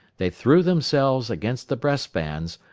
they threw themselves against the breast-bands,